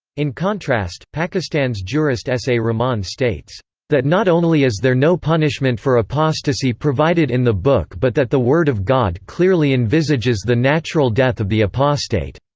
in contrast, pakistan's jurist s. a. rahman states that not only is there no punishment for apostasy provided in the book but that the word of god clearly envisages the natural death of the apostate.